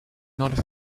not